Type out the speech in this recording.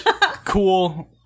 cool